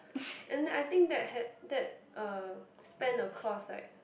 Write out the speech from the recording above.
and then I think that had that uh span across like